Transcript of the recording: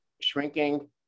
shrinking